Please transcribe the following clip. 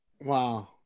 Wow